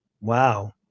Wow